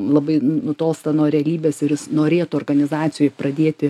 labai nutolsta nuo realybės ir jis norėtų organizacijoj pradėti